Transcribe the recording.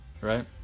Right